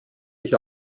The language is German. ich